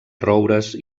roures